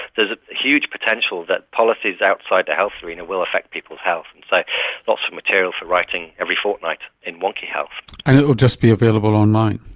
there's a huge potential that policies outside the health arena will affect people's health. and so lots of material for writing every fortnight in wonky health. and it will just be available online?